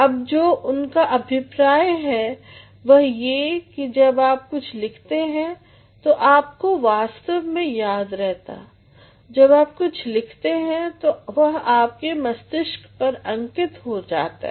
अब जो उनका अभिप्राय है वह ये कि जब आप कुछ लिखते हैं तो आपको वास्तव में याद रहता जब आप कुछ लिखते हैं तो वह आपके मस्तिष्क पर अंकित हो जाता है